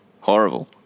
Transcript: Horrible